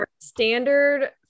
standard